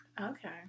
Okay